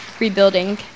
rebuilding